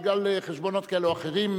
בגלל חשבונות כאלה או אחרים,